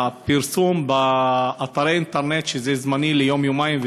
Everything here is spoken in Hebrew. הפרסום באתר האינטרנט הוא זמני ליום-יומיים,